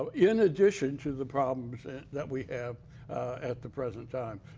in addition to the problems that we have at the present time.